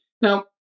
Now